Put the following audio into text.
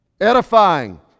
Edifying